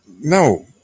No